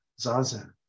Zazen